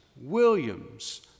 Williams